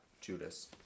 Judas